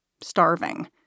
starving